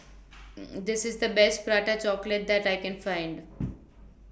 This IS The Best Prata Chocolate that I Can Find